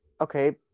okay